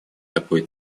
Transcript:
такой